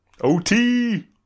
OT